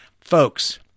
Folks